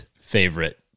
favorite